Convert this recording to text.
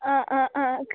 അ അ അ